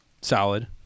solid